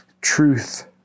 Truth